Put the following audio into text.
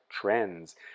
trends